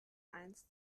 eins